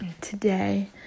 today